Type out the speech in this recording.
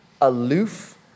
aloof